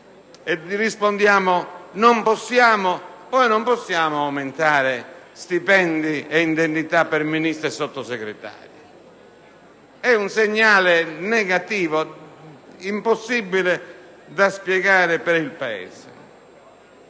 Ma poi non si possono aumentare stipendi e indennità per Ministro e Sottosegretari. È un segnale negativo, impossibile da spiegare al Paese.